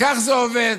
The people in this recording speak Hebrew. כך זה עובד.